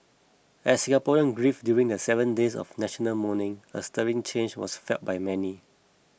as Singaporeans grieved during the seven days of national mourning a stirring change was felt by many